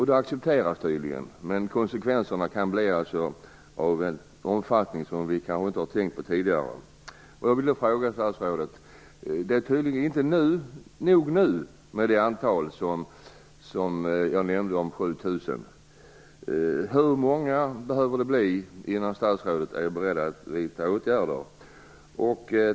Detta accepteras tydligen, men konsekvenserna kan få en omfattning som vi kanske inte tänkt oss tidigare. De 7 000 som jag nämnde är alltså tydligen inte tillräckligt många. Hur många behöver det bli fråga om innan statsrådet är beredd att vidta åtgärder?